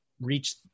reach